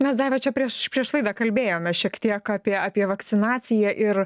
mes daiva čia prieš prieš laidą kalbėjome šiek tiek apie apie vakcinaciją ir